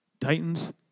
Titans